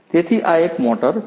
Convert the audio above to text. તેથી આ એક મોટર છે